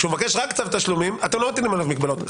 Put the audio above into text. כשהוא מבקש רק צו תשלומים אתם לא מטילים עליו מגבלות.